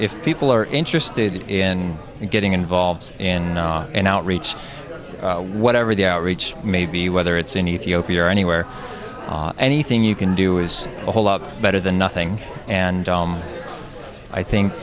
if people are interested in getting involved in an outreach whatever the outreach may be whether it's in ethiopia or anywhere anything you can do is a whole lot better than nothing and i think